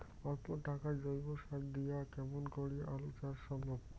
অল্প টাকার জৈব সার দিয়া কেমন করি আলু চাষ সম্ভব?